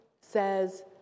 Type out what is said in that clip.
says